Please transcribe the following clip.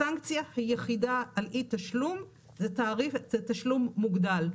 הסנקציה היחידה על אי תשלום זה תשלום מוגדל,